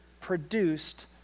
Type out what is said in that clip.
produced